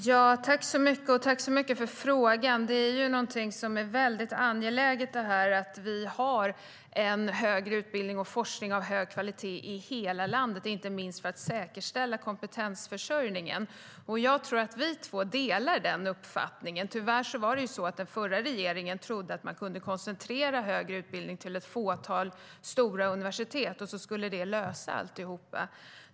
Fru talman! Tack, Anders W Jonsson, för frågan! Det är mycket angeläget att vi har en högre utbildning och forskning av hög kvalitet i hela landet, inte minst för att säkerställa kompetensförsörjningen. Jag tror att vi två delar den uppfattningen. Tyvärr trodde den förra regeringen att man kunde koncentrera den högre utbildningen till ett fåtal stora universitet.